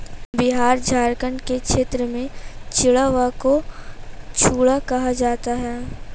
बिहार झारखंड के क्षेत्र में चिड़वा को चूड़ा कहा जाता है